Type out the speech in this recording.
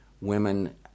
women